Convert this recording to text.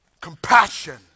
compassion